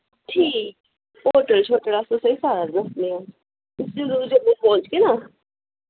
ठीक होटल शोटल अस तुसें सारा दस्सनेआं जम्मू पुज्जी गे ना